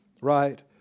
right